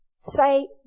say